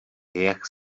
jak